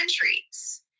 countries